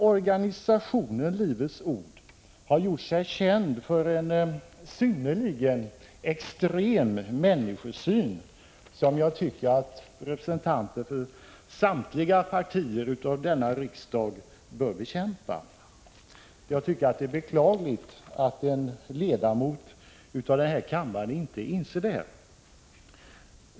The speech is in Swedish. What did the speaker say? Organisationen Livets ord har nämligen gjort sig känd för en synnerligen extrem människosyn som jag tycker att representanter för samtliga partier i riksdagen bör bekämpa. Det är beklagligt att en ledamot av denna kammare inte inser detta.